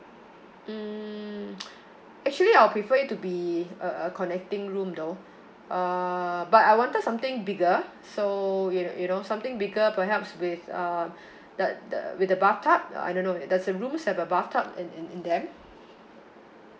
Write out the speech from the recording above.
mm actually I'll prefer it to be a a connecting room though uh but I wanted something bigger so you you know something bigger perhaps with uh the the with the bathtub I don't know does the rooms have a bathtub in in in them